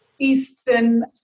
Eastern